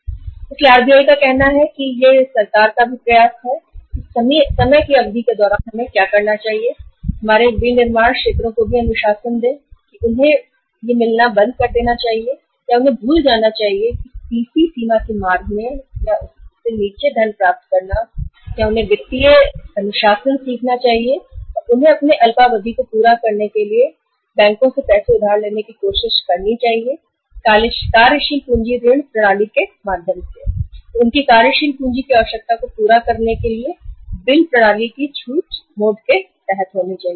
इसीलिए RBI का कहना है या सरकार का प्रयास है कि समय की अवधि के दौरान हमें अपने विनिर्माण क्षेत्र को अनुशासित करना चाहिए और उन्हें सीसी लिमिट के तहत फंड लेना बंद कर देना चाहिए और उन्हें वित्तीय अनुशासन सीखना चाहिए और कार्यशील पूँजी की आवश्यकता को पूरा करने के लिए कार्यशील पूँजी ऋण प्रणाली और बिलो में छूट प्रणाली के माध्यम से बैंकों से पैसा उधार लेने की कोशिश करनी चाहिए